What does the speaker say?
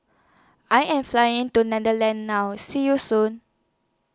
I Am Flying to Netherlands now See YOU Soon